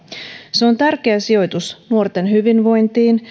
se on tärkeä sijoitus nuorten hyvinvointiin